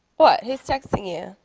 boy. who is texting you?